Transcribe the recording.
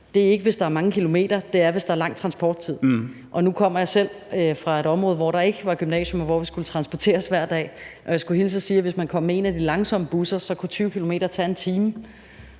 opstår, ikke er, hvis der er mange kilometer, men hvis der er lang transporttid. Nu kommer jeg selv fra et område, hvor der ikke var gymnasium, og hvor vi skulle transporteres hver dag, og jeg skulle hilse at sige, at hvis man kom med en af de langsomme busser, kunne 20 km tage en time